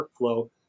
workflow